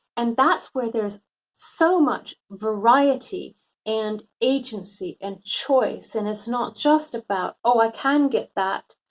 and that's where there's so much variety and agency and choice and it's not just about, oh, i can get that,